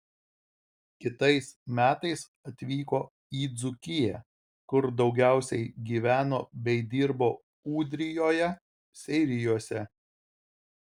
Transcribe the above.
kitais metais atvyko į dzūkiją kur daugiausiai gyveno bei dirbo ūdrijoje seirijuose